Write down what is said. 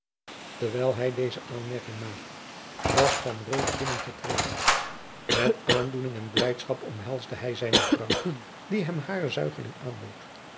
terwijl hij deze aanmerking maakte was van reede binnengetreden met aandoening en blijdschap omhelsde hij zijne vrouw die hem hare zuigeling aanbood